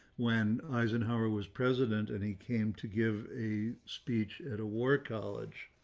when eisenhower was president, and he came to give a speech at a war college,